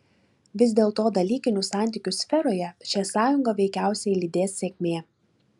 vis dėlto dalykinių santykių sferoje šią sąjungą veikiausiai lydės sėkmė